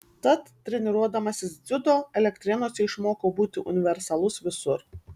tad treniruodamasis dziudo elektrėnuose išmokau būti universalus visur